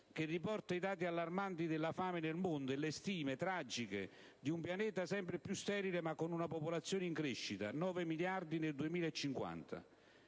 che riporta i dati allarmanti della fame nel mondo e le stime, tragiche, di un pianeta sempre più sterile ma con una popolazione in crescita, 9 miliardi nel 2050.